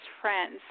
friends